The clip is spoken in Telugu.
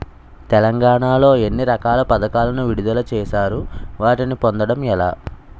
తెలంగాణ లో ఎన్ని రకాల పథకాలను విడుదల చేశారు? వాటిని పొందడం ఎలా?